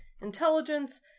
intelligence